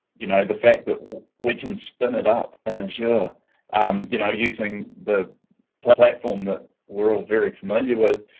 you know the fact that we can spin it up, and as you're um you know, using the platform that we're all very familiar with.